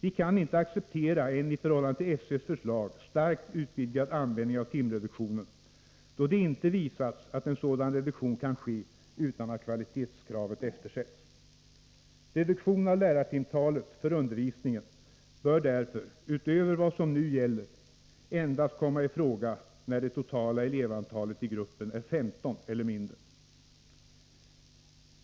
Vi kan inte acceptera en i förhållande till SÖ:s förslag starkt utvidgad användning av timreduktionen, då det inte visats att en sådan reduktion kan ske utan att kvalitetskravet eftersätts. Reduktion av lärartimtalet för undervisningen bör därför, utöver vad som nu gäller, endast komma i fråga när det totala elevantalet i gruppen är 15 eller mindre.